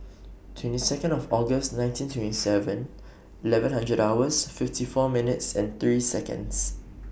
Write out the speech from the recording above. twenty Second of August nineteen twenty Seven Eleven hundred hours fifty four minutes and three Seconds